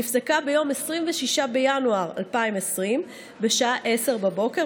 נפסקה ביום 26 בינואר 2020 בשעה 10:00,